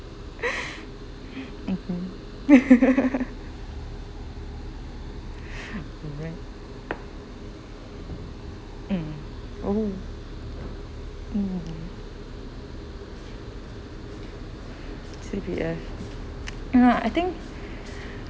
mmhmm mm oh mm C_P_F mm I think